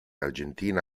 argentina